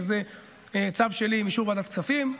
שזה צו שלי עם אישור ועדת הכספים.